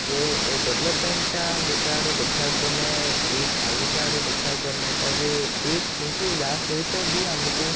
ଯେ ଏ ଡେଭଲପ୍ମେଣ୍ଟଟା ଗୋଟେ ଆଡ଼ୁ ଦେଖିବାକୁ ଗଲେ ଠିକ୍ ଆଉ ଗୋଟେ ଆଡ଼ୁ ଦେଖିବାକୁ ଗଲେ ସେଇଟା ବି ଠିକ୍ କିନ୍ତୁ ୟା ସହିତ ବି ଆମକୁ